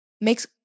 Makes